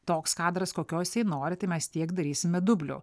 toks kadras kokio jisai nori tai mes tiek darysime dublių